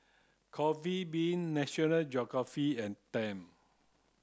Coffee Bean National Geographic and Tempt